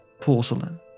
porcelain